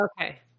Okay